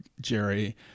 Jerry